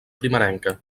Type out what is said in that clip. primerenca